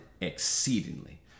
exceedingly